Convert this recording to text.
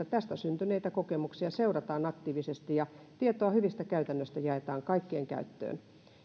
tästä syntyneitä kokemuksia seurataan aktiivisesti ja tietoa hyvistä käytännöistä jaetaan kaikkien käyttöön